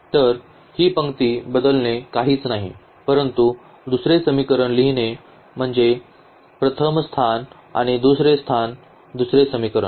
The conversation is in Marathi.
तर ही पंक्ती बदलणे काहीच नाही परंतु दुसरे समीकरण लिहिणे म्हणजे प्रथम स्थान आणि दुसरे स्थान दुसरे समीकरण